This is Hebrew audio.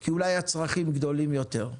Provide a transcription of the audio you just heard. כי אולי הצרכים גדולים יותר.